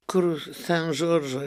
kur san žoržo